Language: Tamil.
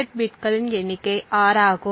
செட் பிட்களின் எண்ணிக்கை 6 ஆகும்